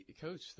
Coach